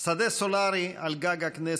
שדה סולרי על גג הכנסת,